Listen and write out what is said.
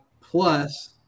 plus